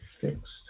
fixed